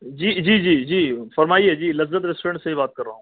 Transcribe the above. جی جی جی جی فرمائیے جی لذت ریسٹورنٹ سے ہی بات کر رہا ہوں